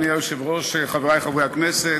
אדוני היושב-ראש, חברי חברי הכנסת,